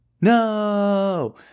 No